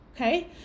Okay